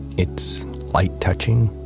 it's light touching.